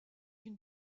une